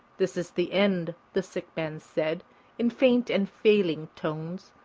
this is the end, the sick man said in faint and failing tones.